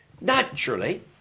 Naturally